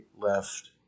left